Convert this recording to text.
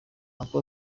uncle